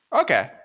Okay